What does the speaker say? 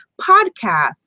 podcasts